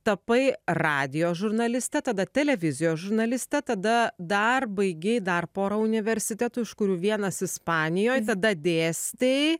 tapai radijo žurnaliste tada televizijos žurnaliste tada dar baigei dar porą universitetų iš kurių vienas ispanijoj tada dėstai